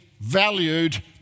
valued